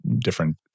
different